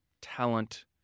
talent